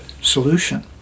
solution